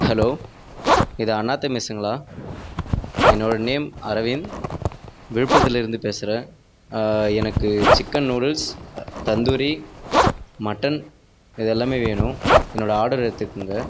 hello இது அண்ணாத்தை மெஸ்ஸுங்களா என்னோடய நேம் அரவிந்த் விழுப்புரத்துலேருந்து பேசுகிறேன் எனக்கு சிக்கன் நூடுல்ஸ் தந்தூரி மட்டன் இது எல்லாமே வேணும் என்னோட ஆடரை எடுத்துக்கோங்க